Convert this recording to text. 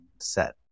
set